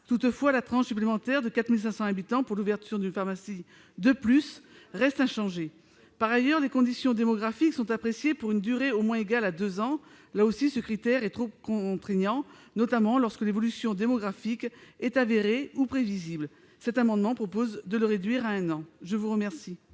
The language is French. Toutefois, la tranche supplémentaire de 4 500 habitants pour l'ouverture d'une pharmacie de plus reste inchangée. Par ailleurs, les conditions démographiques sont appréciées pour une durée au moins égale à deux ans. Là aussi, ce critère est trop contraignant, notamment lorsque l'évolution démographique est avérée ou prévisible. Cet amendement vise à réduire ce délai à un an.